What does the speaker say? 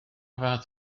fath